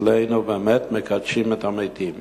אצלנו באמת מקדשים את המתים,